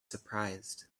surprised